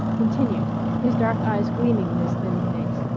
continued, his dark eyes gleaming in his thin face,